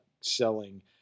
selling